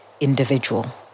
individual